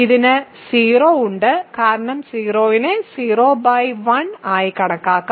ഇതിന് 0 ഉണ്ട് കാരണം 0 നെ 01 ആയി കണക്കാക്കാം